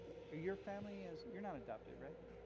your your family is? you're not adopted right?